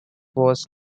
was